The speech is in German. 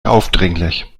aufdringlich